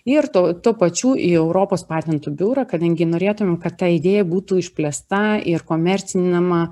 ir tuo tuo pačių į europos patentų biurą kadangi norėtumėm kad ta idėja būtų išplėsta ir komercinama